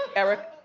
eric,